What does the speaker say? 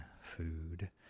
food